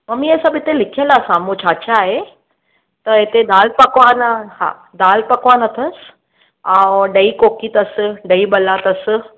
mummy इहो सभु हिते लिखियल आहे साम्हूं छा छा आहे त हिते दाल पकवान आहे दाल पकवान अथसि ऐं ॾही कोकी अथसि दही बला अथसि